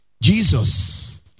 Jesus